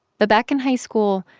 but back in high school,